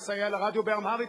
לסייע לרדיו באמהרית,